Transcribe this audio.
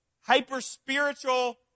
hyper-spiritual